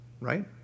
right